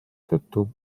tõttu